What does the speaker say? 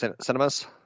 cinemas